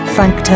Frank